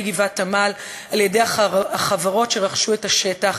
גבעת-עמל על-ידי החברות שרכשו את השטח,